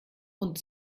und